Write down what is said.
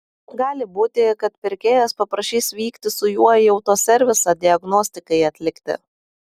gali būti kad pirkėjas paprašys vykti su juo į autoservisą diagnostikai atlikti